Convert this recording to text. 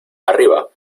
arriba